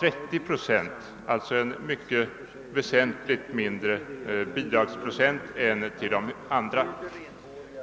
30 procent av lärarlönerna, alltså väsentligt lägre bidragsprocent.